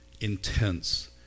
intense